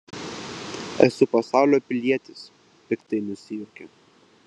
esu pasaulio pilietis piktai nusijuokė